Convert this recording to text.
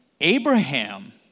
Abraham